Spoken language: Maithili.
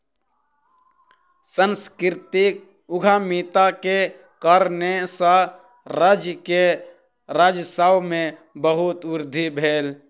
सांस्कृतिक उद्यमिता के कारणेँ सॅ राज्य के राजस्व में बहुत वृद्धि भेल